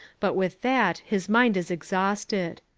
but with that his mind is exhausted.